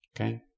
Okay